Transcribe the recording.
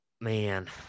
man